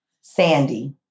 Sandy